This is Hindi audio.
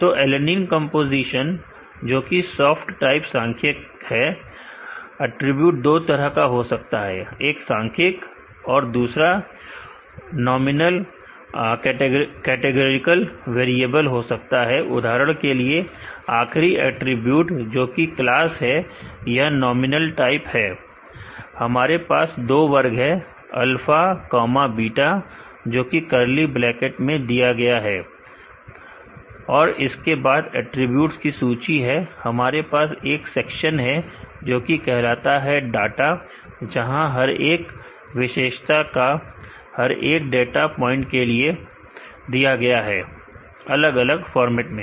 तो ऐलेनिन कंपोजीशन जोकि सॉफ्ट टाइप सांख्यिक है अटरीब्यूट दो तरह का हो सकता है एक सांख्यिक और दूसरा nominal categorical nominal categorical variable हो सकता है उदाहरण के लिए आखरी अटरीब्यूट ज्योति क्लास है यह नॉमिनल टाइप है हमारे पास 2 वर्ग हैं अल्फा कमा बीटा जोकि करली ब्रैकेट में दिया गया है और इसके बाद अटरीब्यूट्स की सूची है हमारे पास एक सेक्शन है जोकि कहलाता है डाटा जहां हर एक विशेषता हर एक डाटा पॉइंट के लिए समय देखें 0557 दिया गया है अलग अलग फॉर्मेट में